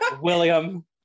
William